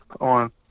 on